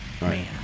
Man